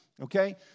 Okay